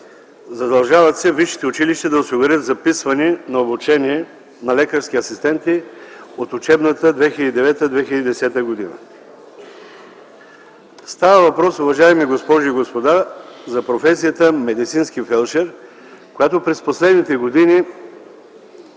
задължават се висшите училища да осигурят записване за обучение на лекарски асистенти от учебната 2010/2011 г. Става въпрос, уважаеми госпожи и господа, за професията „медицински фелдшер”, която през последните години